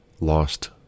lost